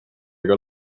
ega